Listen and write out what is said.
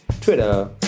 Twitter